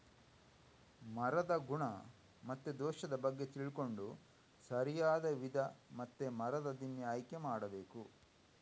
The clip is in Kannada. ಮರದ ಗುಣ ಮತ್ತೆ ದೋಷದ ಬಗ್ಗೆ ತಿಳ್ಕೊಂಡು ಸರಿಯಾದ ವಿಧ ಮತ್ತೆ ಮರದ ದಿಮ್ಮಿ ಆಯ್ಕೆ ಮಾಡಬೇಕು